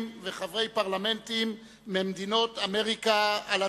וחברי פרלמנט ממדינות אמריקה הלטינית.